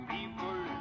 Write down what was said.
People